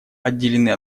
отделены